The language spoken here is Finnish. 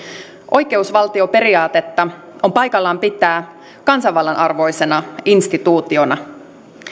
oikeusvaltioperiaatetta on paikallaan pitää kansanvallan arvoisena instituutiona